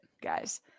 guys